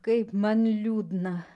kaip man liūdna